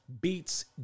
beats